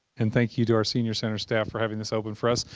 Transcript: and thank you to our senior center staff for having this open for us.